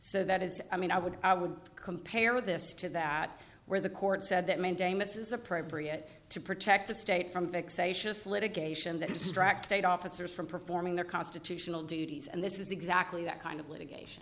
so that is i mean i would i would compare this to that where the court said that mandamus is appropriate to protect the state from vexatious litigation that distract state officers from performing their constitutional duties and this is exactly that kind of litigation